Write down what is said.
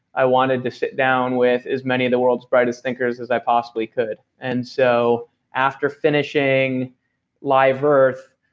i wanted to sit down with as many of the world's brightest thinkers as i possibly could. and so after finishing live earth,